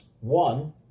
One